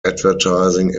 advertising